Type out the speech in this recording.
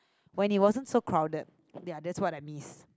when it wasn't so crowded ya that's what I miss